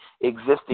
existing